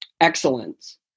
excellence